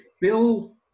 Bill